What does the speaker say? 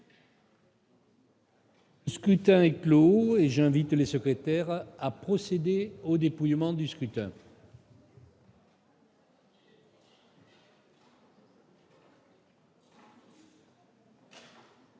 Scrutin est clos et j'ai invité les secrétaires à procéder au dépouillement du scrutin.